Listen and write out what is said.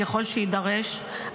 ככל שיידרש,